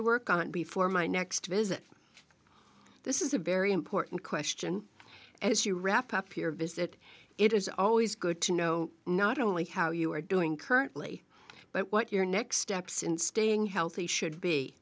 i work on before my next visit this is a very important question and as you wrap up your visit it is always good to know not only how you are doing currently but what your next steps in staying healthy should be